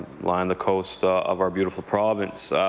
line the coast of our beautiful province.